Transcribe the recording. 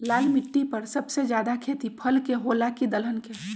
लाल मिट्टी पर सबसे ज्यादा खेती फल के होला की दलहन के?